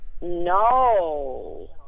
No